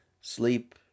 sleep